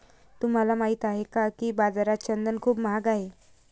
तुम्हाला माहित आहे का की बाजारात चंदन खूप महाग आहे?